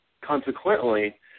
consequently